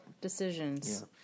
decisions